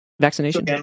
vaccination